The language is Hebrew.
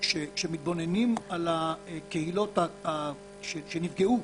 לכך שכשמתבוננים על הקהילות שנפגעו